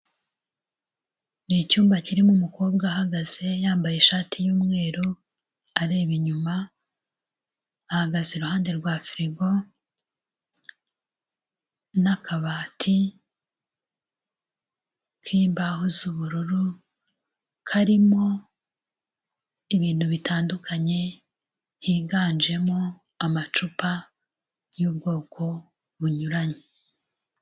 Ni icyumba kirimo umukobwa ahahagaze yambaye ishati y'umweru areba inyuma, ahagaze iruhande rwa firigo n'akabati k'imbaho z'ubururu karimo ibintu bitandukanye higanjemo amacupa y'ubwoko bunyuranye.